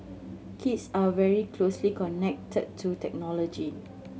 kids are very closely connected to technology